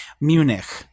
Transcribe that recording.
Munich